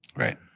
right.